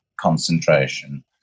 concentration